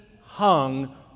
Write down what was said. hung